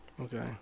Okay